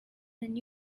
than